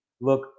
look